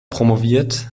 promoviert